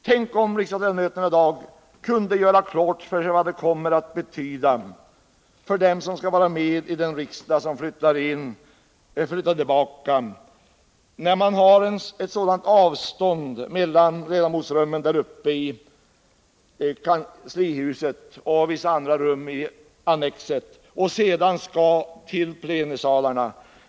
Tänk om riksdagsledamöterna i dag kunde göra klart för sig vad det kommer att betyda för dem som skall vara med i den riksdag som flyttar tillbaka, när man har sådana avstånd mellan ledamotsrummen i kanslihuset och vissa andra rum i annexet och plenisalen!